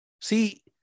see